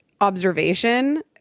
observation